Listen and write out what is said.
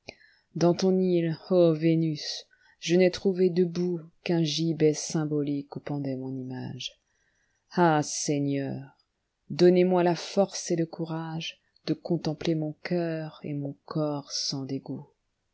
dans ton île ô vénus je n'ai trouvé deboutu'un gibet symbolique où pendait mon image ah seigneur donnez-moi la force et le couragede contempler mon cœur et mon corps sans dégoûti